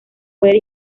puede